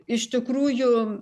iš tikrųjų